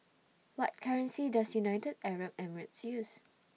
What currency Does United Arab Emirates use